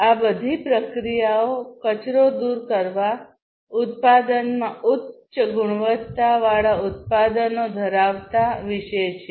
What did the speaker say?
આ બધી પ્રક્રિયાઓ કચરો દૂર કરવા ઉત્પાદનમાં ઉચ્ચ ગુણવત્તાવાળા ઉત્પાદનો ધરાવતાં વિશે છે